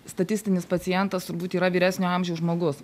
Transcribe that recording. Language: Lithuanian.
statistinis pacientas turbūt yra vyresnio amžiaus žmogus